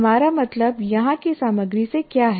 हमारा मतलब यहाँ की सामग्री से क्या है